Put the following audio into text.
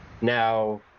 Now